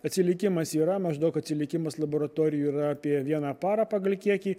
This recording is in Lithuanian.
atsilikimas yra maždaug atsilikimas laboratorijų yra apie vieną parą pagal kiekį